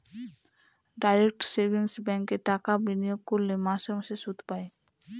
direct savings ব্যাঙ্কে টাকা বিনিয়োগ করলে মাসে মাসে সুদ পায়